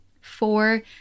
Four